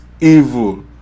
evil